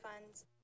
funds